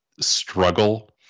struggle